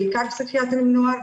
בעיקר פסיכיאטריים נוער,